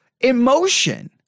emotion